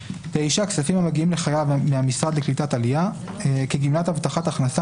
"(9)כספים המגיעים לחייב מהמשרד לקליטת העלייה כגמלת הבטחת הכנסה